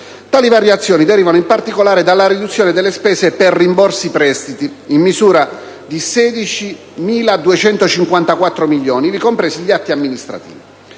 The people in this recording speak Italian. Tali variazioni derivano in particolare dalla riduzione delle spese per rimborso prestiti, in misura di 16.254 milioni, ivi compresi gli atti amministrativi;